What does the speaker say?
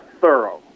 thorough